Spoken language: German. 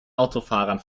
autofahrern